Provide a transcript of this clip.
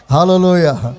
Hallelujah